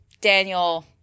Daniel